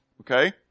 okay